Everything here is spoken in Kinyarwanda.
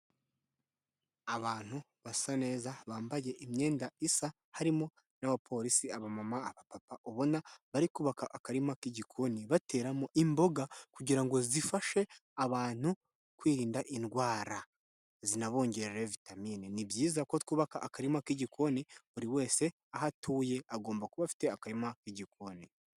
Abantu basa neza, bambaye imyenda isa, harimo n'abapolisi, abamama, abapapa, ubona bari kubaka akarima k'igikoni, bateramo imboga kugira ngo zifashe abantu kwirinda indwara. Zinabongerere vitamini. Ni byiza ko twubaka akarima k'igikoni buri wese aho atuye, agomba kuba afite akarima k'igikoni.